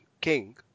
King